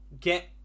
get